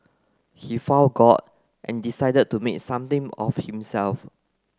he found God and decided to make something of himself